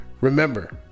Remember